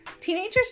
teenagers